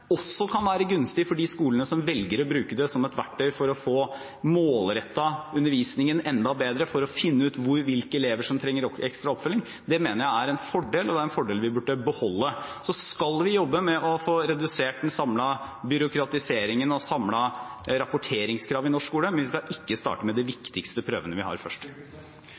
også kan være gunstig for de skolene som velger å bruke det som et verktøy for å få målrettet undervisningen enda bedre, for å finne ut hvilke elever som trenger ekstra oppfølging, mener jeg er en fordel, og det er en fordel vi burde beholde. Så skal vi jobbe med å få redusert den samlede byråkratiseringen og det samlede rapporteringskravet i norsk skole, men vi skal ikke starte med de viktigste prøvene vi har, først.